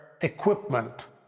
equipment